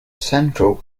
central